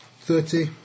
thirty